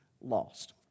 lost